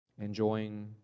enjoying